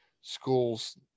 schools